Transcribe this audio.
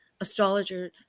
astrologer